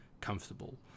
comfortable